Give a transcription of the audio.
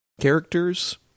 characters